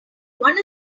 one